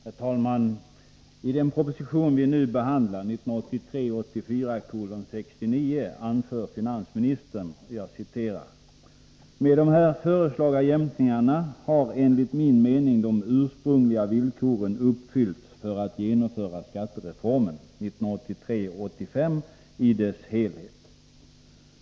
Herr talman! I den proposition vi nu behandlar, 1983/84:69, anför finansministern: ”Med de här föreslagna jämkningarna har enligt min mening de ursprungliga villkoren uppfyllts för att genomföra skattereformen 1983-85 i dess helhet.